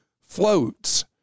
floats